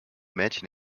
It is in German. mädchen